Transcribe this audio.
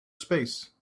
space